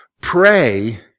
Pray